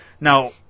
Now